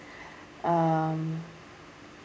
um